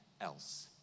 else